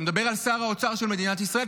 אני מדבר על שר האוצר של מדינת ישראל,